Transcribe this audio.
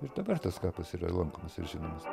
ir dabar tas kapas yra lankomas ir žinomas